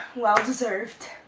well deserved